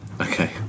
okay